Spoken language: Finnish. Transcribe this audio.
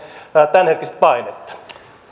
tämänhetkistä painetta